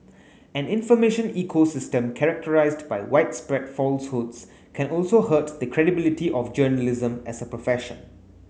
an information ecosystem characterised by widespread falsehoods can also hurt the credibility of journalism as a profession